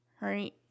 right